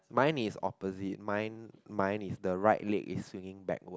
mine is opposite mine mine is the right leg is swinging backward